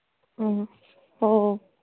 ꯑꯥ ꯑꯣ